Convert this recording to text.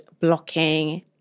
blocking